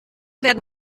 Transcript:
werden